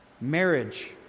marriage